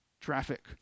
Traffic